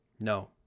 no